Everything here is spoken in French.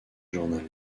journal